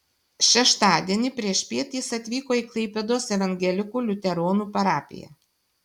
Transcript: šeštadienį priešpiet jis atvyko į klaipėdos evangelikų liuteronų parapiją